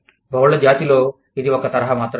బహుళజాతిలో ఇది ఒక తరహా మాత్రమే